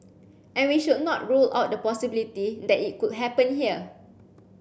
and we should not rule out the possibility that it could happen here